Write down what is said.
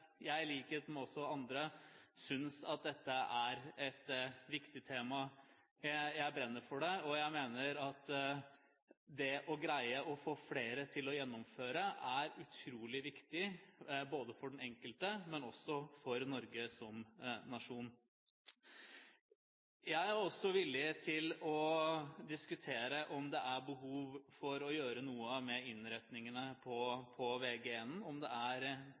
Jeg synes i likhet med andre at dette er et viktig tema. Jeg brenner for det, og jeg mener at det å greie å få flere til å gjennomføre, er utrolig viktig både for den enkelte og for Norge som nasjon. Jeg er også villig til å diskutere om det er behov for å gjøre noe med innretningen på Vg1, om det er